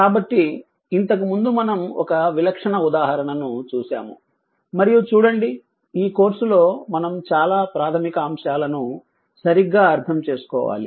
కాబట్టి ఇంతకుముందు మనం ఒక విలక్షణ ఉదాహరణను చూశాము మరియు చూడండి ఈ కోర్సు లో మనం చాలా ప్రాథమిక అంశాలను సరిగ్గా అర్థం చేసుకోవాలి